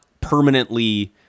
permanently